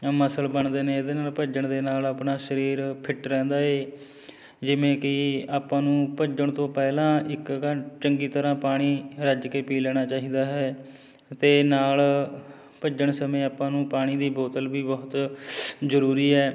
muscle ਬਣਦੇ ਨੇ ਇਹਦੇ ਨਾਲ ਭੱਜਣ ਦੇ ਨਾਲ ਆਪਣਾ ਸਰੀਰ ਫਿਟ ਰਹਿੰਦਾ ਹੈ ਜਿਵੇਂ ਕਿ ਆਪਾਂ ਨੂੰ ਭੱਜਣ ਤੋਂ ਪਹਿਲਾਂ ਇੱਕ ਘੰ ਚੰਗੀ ਤਰ੍ਹਾਂ ਪਾਣੀ ਰੱਜ ਕੇ ਪੀ ਲੈਣਾ ਚਾਹੀਦਾ ਹੈ ਅਤੇ ਨਾਲ ਭੱਜਣ ਸਮੇਂ ਆਪਾਂ ਨੂੰ ਪਾਣੀ ਦੀ ਬੋਤਲ ਵੀ ਬਹੁਤ ਜ਼ਰੂਰੀ ਹੈ